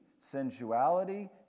sensuality